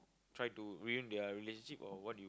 try to ruin their relationship or what you